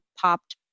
popped